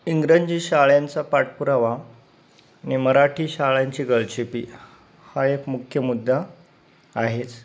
इंग्रजी शाळेंचा पाठपुरावा आणि मराठी शाळांची गळचेपी हा एक मुख्य मुद्दा आहेच